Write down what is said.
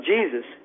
Jesus